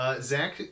Zach